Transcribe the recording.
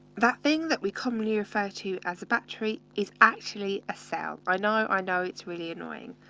that thing that we commonly refer to as a battery is actually a cell. i know, i know. it's really annoying.